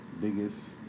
biggest